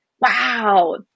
Wow